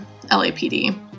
LAPD